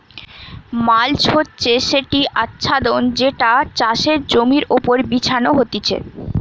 mulch হচ্ছে সেটি আচ্ছাদন যেটা চাষের জমির ওপর বিছানো হতিছে